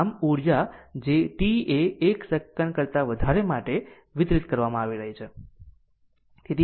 આમ ઊર્જા જે t એ 1 સેકંડ કરતા વધારે માટે વિતરિત કરવામાં આવી રહી છે